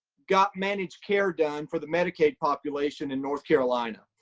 got managed care done for the medicaid population in north carolina,